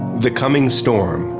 the coming storm.